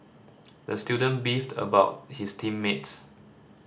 the student beefed about his team mates